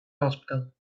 hospital